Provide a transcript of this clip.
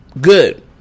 Good